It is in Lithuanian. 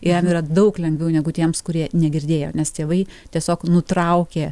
jam yra daug lengviau negu tiems kurie negirdėjo nes tėvai tiesiog nutraukė